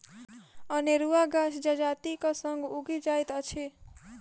अनेरुआ गाछ जजातिक संग उगि जाइत अछि